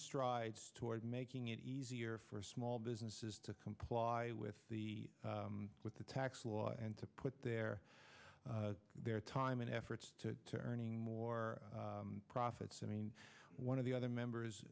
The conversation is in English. strides toward making it easier for small businesses to comply with the with the tax law and to put their time and efforts to turning more profits i mean one of the other members